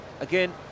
Again